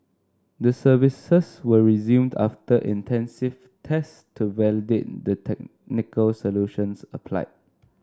the services were resumed after intensive tests to validate the technical solutions applied